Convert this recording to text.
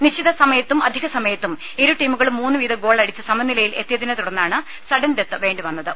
നിശ്ചിതസമയത്തും അധികസമയത്തും ഇരുടീമുകളും മൂന്ന് വീതം ഗോൾ അടിച്ച് സമനിലയിൽ എത്തിയതിനെ തുടർന്നാണ് സഡൻ ഡെത്ത് വേണ്ടിവന്നത്